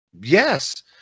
yes